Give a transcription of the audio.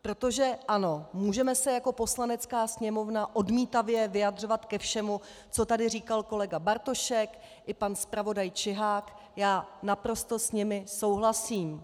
Protože ano, můžeme se jako Poslanecká sněmovna odmítavě vyjadřovat ke všemu, co tady říkal kolega Bartošek i pan zpravodaj Čihák já s nimi naprosto souhlasím.